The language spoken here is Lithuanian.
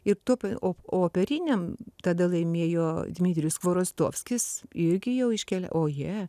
ir tuo pa o o operiniam tada laimėjo dmitrijus kvorostofskis irgi jau iškėlė o je